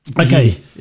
okay